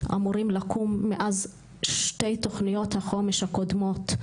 מאז שתי תוכניות החומש הקודמות,